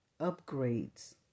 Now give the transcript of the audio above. upgrades